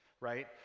right